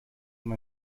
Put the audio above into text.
man